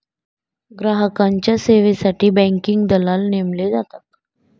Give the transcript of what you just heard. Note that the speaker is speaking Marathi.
ग्राहकांच्या सेवेसाठी बँकिंग दलाल नेमले जातात